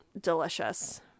delicious